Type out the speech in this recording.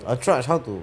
attrage how to